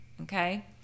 Okay